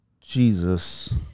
Jesus